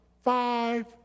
five